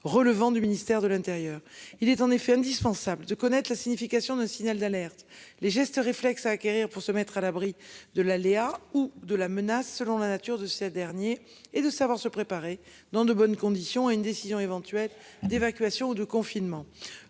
relevant du ministère de l'Intérieur, il est en effet indispensable de connaître la signification d'un signal d'alerte les gestes réflexes à acquérir pour se mettre à l'abri de l'aléa ou de la menace selon la nature de ces derniers et de savoir se préparer dans de bonnes conditions à une décision éventuelle d'évacuation de confinement,